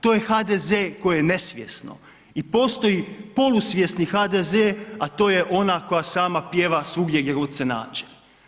To je HDZ koji je nesvjesno i postoji polusvjesni HDZ, a to je ona koja sama pjeva svugdje gdje god se nađe.